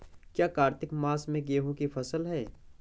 क्या कार्तिक मास में गेहु की फ़सल है?